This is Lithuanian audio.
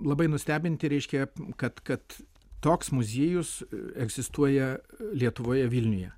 labai nustebinti reiškia kad kad toks muziejus egzistuoja lietuvoje vilniuje